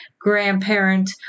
grandparent